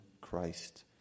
Christ